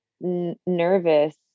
nervous